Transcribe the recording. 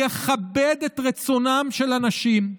יכבד את רצונם של אנשים,